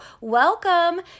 welcome